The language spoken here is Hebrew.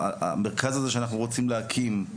המרכז הזה שאנחנו רוצים להקים,